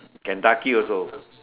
Kentucky also